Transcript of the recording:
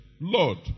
Lord